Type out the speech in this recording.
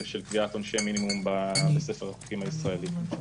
של קביעת עונשי מינימום בספר החוקים הישראלי.